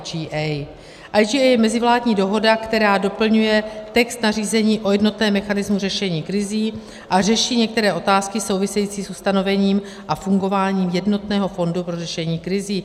IGA je mezivládní dohoda, která doplňuje text nařízení o jednotném mechanismu řešení krizí a řeší některé otázky související s ustanovením a fungováním jednotného fondu pro řešení krizí.